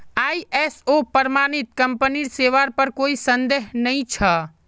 ISO प्रमाणित कंपनीर सेवार पर कोई संदेह नइ छ